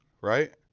right